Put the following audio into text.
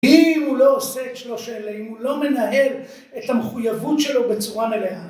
אם הוא לא עושה את שלוש אלה, אם הוא לא מנהל את המחויבות שלו בצורה מלאה.